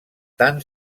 tant